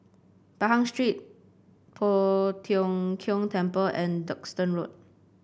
Pahang Street Poh Tiong Kiong Temple and Duxton Road